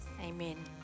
Amen